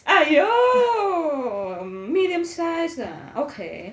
!aiyo! medium sized ah okay